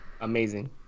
Amazing